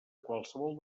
qualsevol